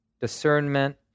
discernment